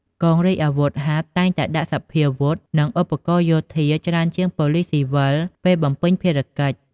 កងរាជអាវុធហត្ថតែងតែពាក់សព្វាវុធ និងឧបករណ៍យោធាច្រើនជាងប៉ូលិសស៊ីវិលពេលបំពេញភារកិច្ច។